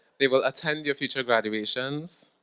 they will attend your future graduations.